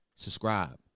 Subscribe